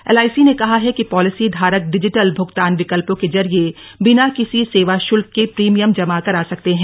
L I C ने कहा है कि पॉलिसी धारक डिजिटल भूगतान विकल्पों के जरिए बिना किसी सेवा शुल्क के प्रीभियम जमा करा सकते हैं